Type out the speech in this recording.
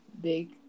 big